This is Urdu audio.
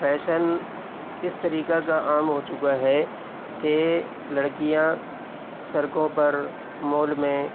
فیشن اس طریقہ کا عام ہو چکا ہے کہ لڑکیاں سڑکوں پر مال میں